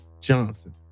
johnson